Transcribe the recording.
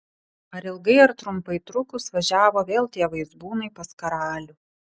ar ilgai ar trumpai trukus važiavo vėl tie vaizbūnai pas karalių